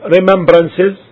remembrances